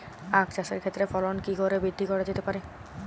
আক চাষের ক্ষেত্রে ফলন কি করে বৃদ্ধি করা যেতে পারে?